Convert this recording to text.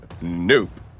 nope